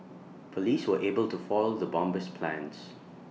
Police were able to foil the bomber's plans